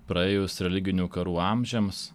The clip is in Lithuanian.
praėjus religinių karų amžiams